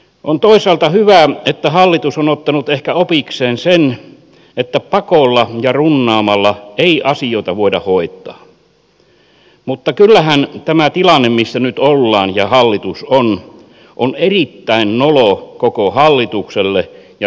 on toisaalta hyvä että hallitus on ottanut ehkä opikseen sen että pakolla ja runnaamalla ei asioita voida hoitaa mutta kyllähän tämä tilanne missä nyt ollaan ja hallitus on on erittäin nolo koko hallitukselle ja sen johdolle